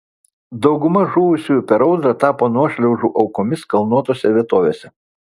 dauguma žuvusiųjų per audrą tapo nuošliaužų aukomis kalnuotose vietovėse